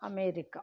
America